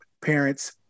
Parents